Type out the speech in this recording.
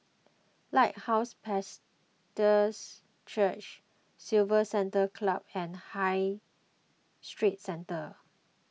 Lighthouse Church Civil Center Club and High Street Centre